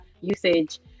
usage